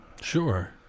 Sure